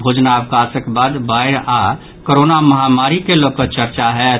भोजनावकाशक बाद बाढ़ि आओर कोरोना महामारी के लऽ कऽ चर्चा होयत